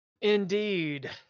Indeed